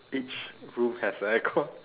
each room has a aircon